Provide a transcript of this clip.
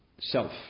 self